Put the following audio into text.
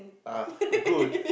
ah good